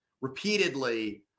repeatedly –